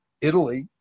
Italy